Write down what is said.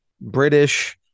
British